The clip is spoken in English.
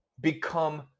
become